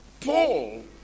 Paul